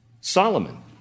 Solomon